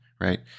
right